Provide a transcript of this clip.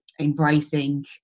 embracing